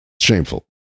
shameful